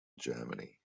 germany